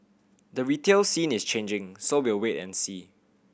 the retail scene is changing so we'll wait and see